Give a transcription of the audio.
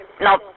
No